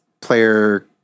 player